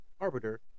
arbiter